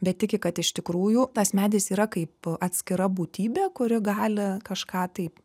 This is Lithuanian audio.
bet tiki kad iš tikrųjų tas medis yra kaip atskira būtybė kuri gali kažką tai